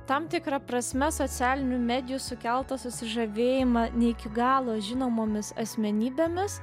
tam tikra prasme socialinių medijų sukeltas susižavėjimą ne iki galo žinomomis asmenybėmis